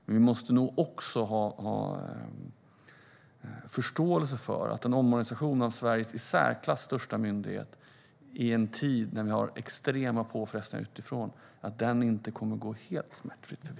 Men vi måste nog också ha förståelse för att en omorganisation av Sveriges i särklass största myndighet i en tid när vi har extrema påfrestningar utifrån inte kommer att gå helt smärtfritt förbi.